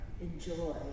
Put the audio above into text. enjoy